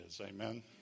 amen